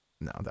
no